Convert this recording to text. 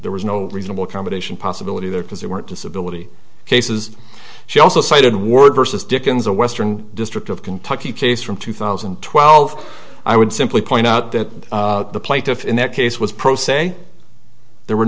there was no reasonable accommodation possibility there because there weren't disability cases she also cited ward versus dickens a western district of kentucky case from two thousand and twelve i would simply point out that the plaintiff in that case was pro se there were